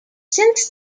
since